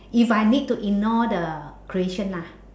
if I need to ignore the creation ah